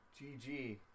GG